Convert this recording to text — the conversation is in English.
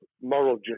moral